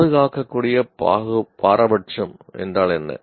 பாதுகாக்கக்கூடிய பாரபட்சம் என்றால் என்ன